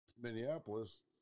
minneapolis